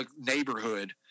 neighborhood